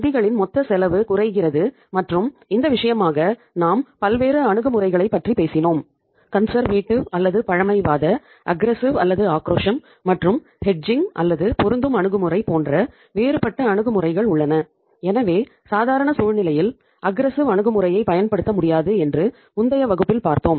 நிதிகளின் மொத்த செலவு குறைகிறது மற்றும் இந்த விஷயமாக நாம் பல்வேறு அணுகுமுறைகளைப் பற்றி பேசினோம்